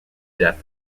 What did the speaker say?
death